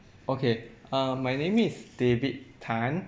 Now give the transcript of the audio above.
okay uh my name is david tan